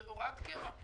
זה בהוראת קבע.